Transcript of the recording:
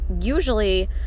usually